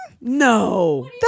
No